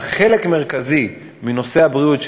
אבל חלק מרכזי מנושא הבריאות,